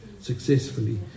successfully